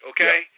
Okay